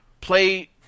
play